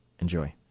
Enjoy